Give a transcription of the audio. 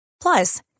Plus